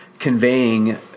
conveying